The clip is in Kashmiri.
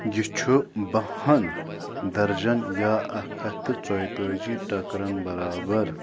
یہِ چھُ باہَن درجن یا اکھ ہتھ تہٕ ژوٚیتٲجی ٹَکرَن برابر